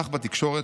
כך בתקשורת,